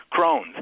Crohn's